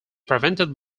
prevented